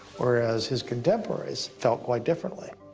whereas his contemporaries felt quite differently.